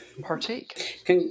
partake